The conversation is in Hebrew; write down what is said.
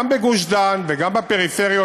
גם בגוש-דן וגם בפריפריה,